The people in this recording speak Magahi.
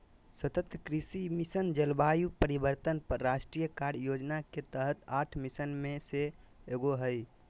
सतत कृषि मिशन, जलवायु परिवर्तन पर राष्ट्रीय कार्य योजना के तहत आठ मिशन में से एगो हइ